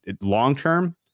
long-term